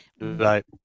Right